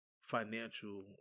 financial